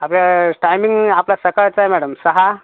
अरे टायमिंग आपला सकाळचा आहे मॅडम सहा